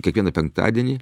kiekvieną penktadienį